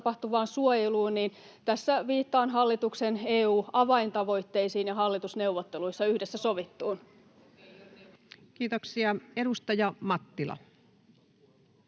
tapahtuvaan suojeluun, niin tässä viittaan hallituksen EU-avaintavoitteisiin ja hallitusneuvotteluissa yhdessä sovittuun. [Speech 29] Speaker: